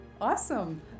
Awesome